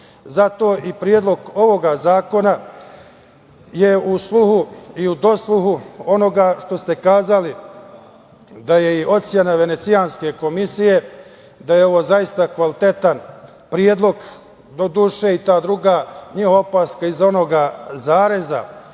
i Predlog ovog zakona je u sluhu i u dosluhu onoga što ste rekli da je ocena Venecijanske komisije, da je ovo zaista kvalitetan predlog, doduše i ta druga opaska iz onoga zareza